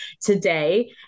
today